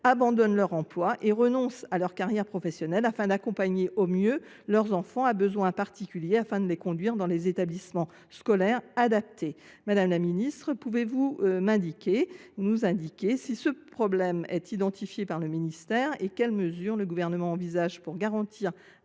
abandonnent leur emploi et renoncent à toute carrière professionnelle, afin d’accompagner au mieux leurs enfants à besoins particuliers en les conduisant dans des établissements scolaires adaptés. Madame la ministre, pouvez vous nous indiquer si ce problème est identifié par le ministère ? Si tel est le cas, quelles mesures le Gouvernement envisage t il